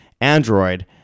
Android